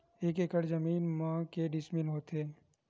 एक एकड़ जमीन मा के डिसमिल होथे?